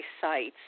sites